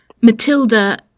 Matilda